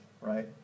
right